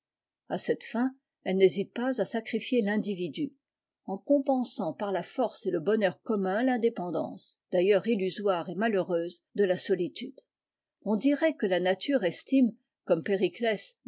a cette fin elle n'hésite pas à sacrifier l'individu en compensant par la force et le bonheur communs tindépendance d'ailleurs illusoire et malheureuse de la solitude on dirait que la nature estime comme périclès